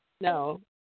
No